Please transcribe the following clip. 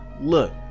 Look